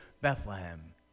Bethlehem